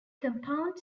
compound